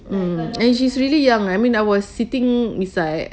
mm and she's really young I mean I was sitting beside